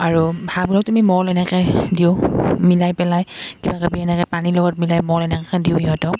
আৰু আমি মল এনেকৈ দিওঁ মিলাই পেলাই কিবাাকিবি এনেকৈ পানীৰ লগত মিলাই মল এনেকৈ দিওঁ সিহঁতক